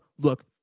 look